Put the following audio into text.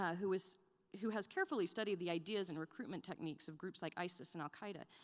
who has who has carefully studied the ideas and recruitment techniques of groups like isis and al qaeda,